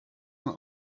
nur